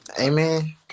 Amen